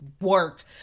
work